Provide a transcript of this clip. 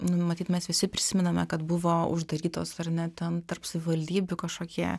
nu matyt mes visi prisimename kad buvo uždarytos ar ne ten tarp savivaldybių kažkokie